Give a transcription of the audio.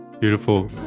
beautiful